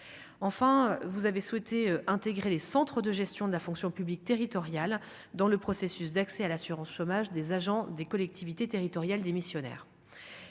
enfin vous avez souhaité intégrer les centres de gestion de la fonction publique territoriale dans le processus d'accès à l'assurance chômage des agents des collectivités territoriales, démissionnaire,